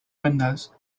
windows